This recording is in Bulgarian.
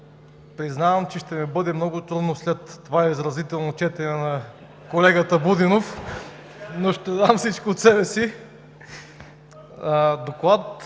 Признавам, че ще ми бъде много трудно след това изразително четене на колегата Будинов, но ще дам всичко от себе си.